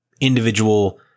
individual